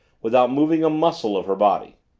without moving a muscle of her body.